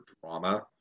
drama